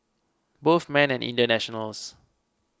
both men are Indian nationals